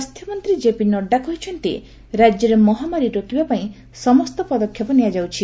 ସ୍ୱାସ୍ୱ୍ୟମନ୍ତ୍ରରୀ JP Nadda କହିଛନ୍ତି ରାଜ୍ୟରେ ମହାମାରୀ ରୋକିବା ପାଇଁ ସମସ୍ତ ପଦକ୍ଷେପ ନିଆଯାଉଛି